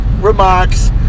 remarks